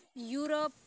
Europe